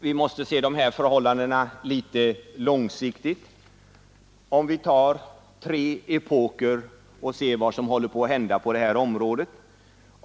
Vi måste se de här förhållandena litet långsiktigt. Vi kan ta tre epoker och undersöka vad som håller på att hända på det här området.